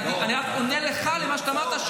אני רק עונה לך על מה שאמרת,